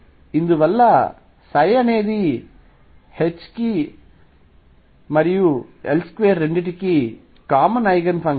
ఇందువలన అనేది H మరియు L2 రెండింటికీ కామన్ ఐగెన్ ఫంక్షన్ లు